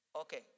Okay